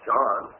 John